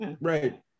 right